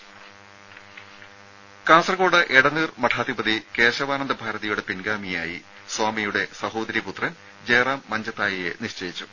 രുദ കാസർകോട് എടനീർ മഠാധിപതി കേശവാനന്ദ ഭാരതിയുടെ പിൻഗാമിയായി സ്വാമിയുടെ സഹോദരീ പുത്രൻ ജയറാം മഞ്ചത്തായെ നിശ്ചയിച്ചു